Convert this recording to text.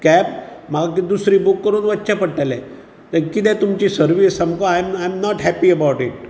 cab म्हाका आतां दुसरी बुक करून वच्चें पडटलें कितें तुमची सर्वीस सामको I am I am not happy about it